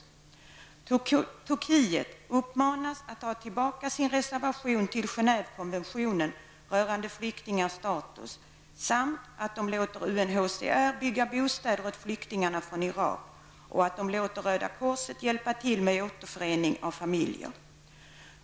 Turkiet uppmanas att dra tillbaka sin reservation till Irak, och låta Röda korset hjälpa till med återförening av familjer.